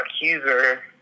accuser